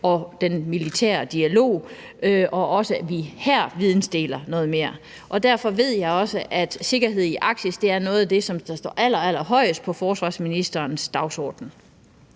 og den militære dialog, og også, at vi her videndeler noget mere. Derfor ved jeg også, at sikkerhed i Arktis er noget af det, som står allerallerhøjest på forsvarsministerens dagsorden.